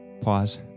Pause